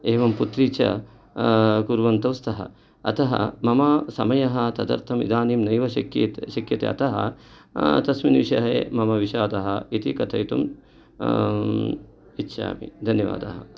एवं पुत्री च कुर्वन्तौ स्तः अतः मम समयः तदर्थम् इदानीं नैव शक्येत् शक्यते अतः तस्मिन् विषये मम विषादः इति कथयितुम् इच्छामि धन्यवादाः